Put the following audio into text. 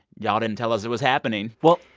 y'all didn't tell us it was happening well,